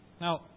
Now